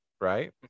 Right